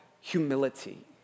humility